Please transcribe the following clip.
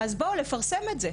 אז לפרסם את זה.